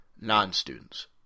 non-students